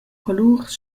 colurs